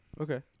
Okay